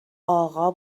اقا